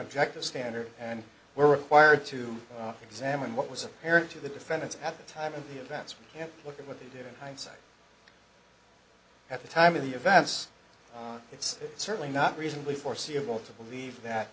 objective standard and were required to examine what was apparent to the defendants at the time of the events we can't look at what they did in hindsight at the time of the events it's certainly not reasonably foreseeable to believe that